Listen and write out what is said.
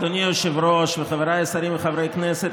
אדוני היושב-ראש וחבריי השרים וחברי הכנסת,